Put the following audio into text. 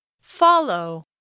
follow